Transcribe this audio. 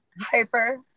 Hyper